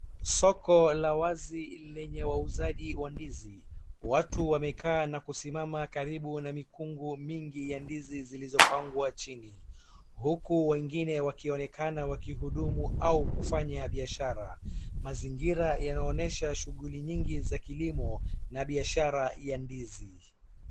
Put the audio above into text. Soko la wazi lenye wauzaji wa ndizi. Watu wamekaa na kusimama karibu na mikungu mingi ya ndizi zilizopangwa chini, huku wengine wakionekana wakihudumu au kufanya biashara. Mazingira yanaonyesha shughuli mingi za kilimo, na biashara ya ndizi.